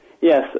Yes